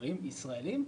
סוחרים ישראלים.